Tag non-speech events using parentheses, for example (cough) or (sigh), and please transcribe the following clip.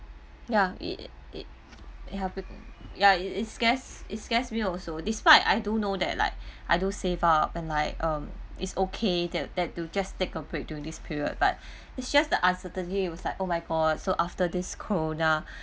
ya it it it happen ya it it scares it scares me also despite I do know that like I do save up and like um is okay that that to just take a break during this period but (breath) it's just the uncertainty it was like O my god so after this corona